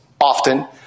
often